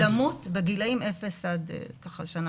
-- למות בגילאים אפס עד שנה-שנתיים.